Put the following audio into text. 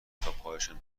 لپتاپهایشان